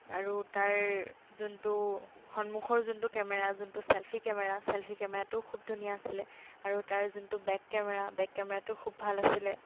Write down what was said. আৰু তাৰ যোনটো সন্মুখৰ যোনটো কেমেৰা যোনটো ছেল্ফি কেমেৰা ছেল্ফি কেমেৰাটোও খুব ধুনীয়া আছিলে আৰু তাৰ যোনটো বেক কেমেৰা বেক কেমেৰাটোও খুব ভাল আছিলে